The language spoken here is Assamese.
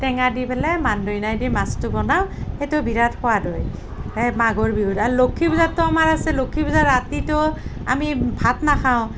টেঙা দি পেলাই মান ধনিয়া দি মাছটো বনাওঁ সেইটো বিৰাট সোৱাদ হয় মাঘৰ বিহুত আৰু লক্ষী পূজাতো আমাৰ আছে লক্ষীপূজাৰ ৰাতিটো আমি ভাত নাখাওঁ